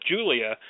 Julia